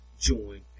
join